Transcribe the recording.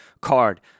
card